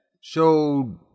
showed